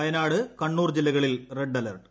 വയനാട് കണ്ണൂർ ജില്ലകളിൽ red alert